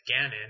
Ganon